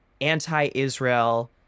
anti-Israel